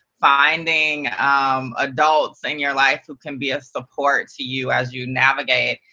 finding um adults in your life who can be a support to you as you navigate,